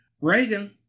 Reagan